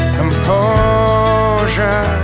composure